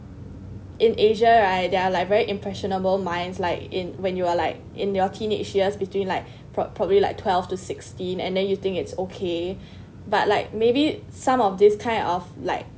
in asia right their like very impressionable minds like in when you are like in your teenage years between like prob~ probably like twelve to sixteen and then you think it's okay but like maybe some of this kind of like